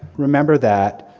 remember that,